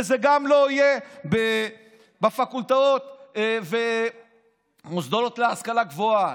וזה גם לא יהיה בפקולטות ובמוסדות להשכלה גבוהה.